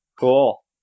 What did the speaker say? Cool